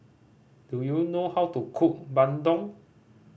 do you know how to cook bandung